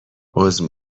عذر